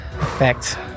effect